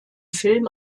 film